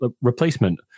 Replacement